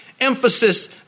emphasis